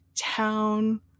town